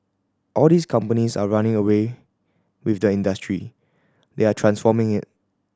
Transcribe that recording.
all these companies are running away with the industry they are transforming it